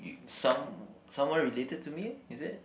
some someone related to me is it